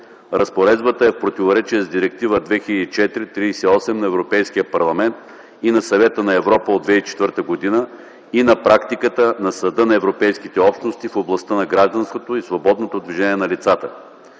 Разпоредбата е в противоречие с Директива 2004/38/ЕО на Европейския парламент и на Съвета на Европа от 2004 г. и на практиката на Съда на Европейските общности в областта на гражданството и свободното движение на лицата.